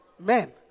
men